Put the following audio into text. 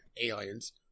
aliens